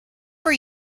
were